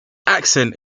accent